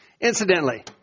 Incidentally